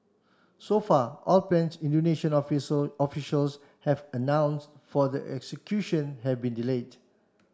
so far all plans Indonesian officials have announce for the execution have been delayed